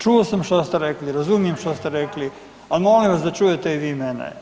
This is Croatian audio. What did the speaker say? Čuo sam šta ste rekli, razumijem šta ste rekli, al molim vas da čujete i vi mene.